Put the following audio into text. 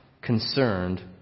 concerned